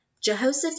Jehoshaphat